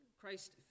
Christ